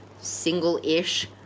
single-ish